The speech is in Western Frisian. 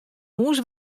hûs